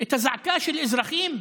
את הזעקה של האזרחים,